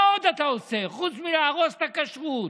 מה עוד אתה עושה חוץ מלהרוס את הכשרות?